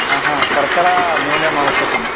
हा शर्करा न्यूनम् आवश्यकं